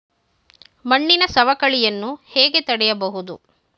ಮಣ್ಣಿನ ಸವಕಳಿಯನ್ನು ಹೇಗೆ ತಡೆಯಬಹುದು?